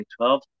2012